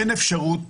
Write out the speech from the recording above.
אין אפשרות